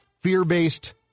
Fear-based